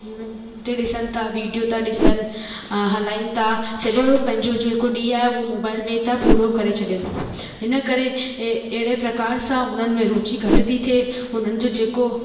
उन्हनि ते ॾिसनि था वीडियो त ॾिसनि हलाइनि था सॼो पंहिंजो जेको ॾींहुं आहे उहो मोबाइल में त पूरो करे छॾनि हिन करे ए अहिड़े प्रकार सां हुननि में रुचि घटि थी थिए हुननि जो जेको